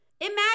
Imagine